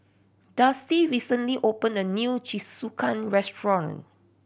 Dusty recently opened a new Jingisukan restaurant